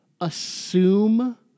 assume